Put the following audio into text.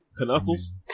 Knuckles